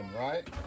right